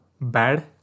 bad